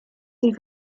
sie